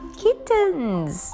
kittens